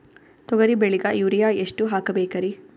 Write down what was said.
ತೊಗರಿ ಬೆಳಿಗ ಯೂರಿಯಎಷ್ಟು ಹಾಕಬೇಕರಿ?